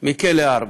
מכלא 4